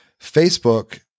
Facebook